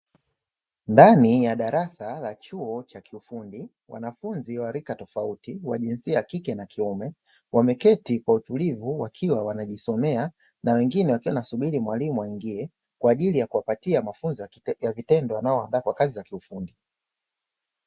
Ndani ya darasa la chuo cha kiufundi, wanafunzi wa rika tofauti wa jinsia ya kike na kiume wameketi kwa utulivu, wakiwa wanajisomea na wengine wakiwa wanasubiri mwalimu aingie, kwa ajili ya kuwapatia mafunzo ya vitendo yanayowaandaa kwa kazi za kiufundi.